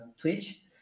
twitch